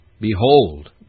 Behold